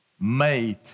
made